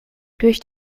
durch